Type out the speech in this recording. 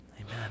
Amen